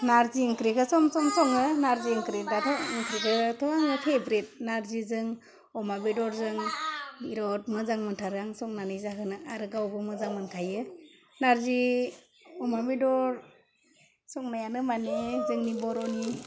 नार्जि ओंख्रिखौ सम सम सङो नार्जि ओंख्रिबाथाय ओंखाम गोगोमनो फेब्रेट नार्जिजों अमा बेदरजों बिराद मोजां मोनथारो आं संनानै जाहोनो आरो गावबो मोजां मोनखायो नार्जि अमा बेदर संनायानो मानि जोंनि बर'नि